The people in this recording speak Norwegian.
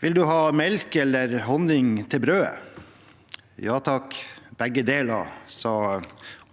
Vil du ha melk eller honning til brødet? Ja, takk, begge deler, sa